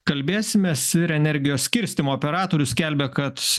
kalbėsimės ir energijos skirstymo operatorius skelbia kad